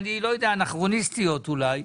אנכרוניסטיות אולי,